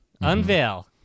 unveil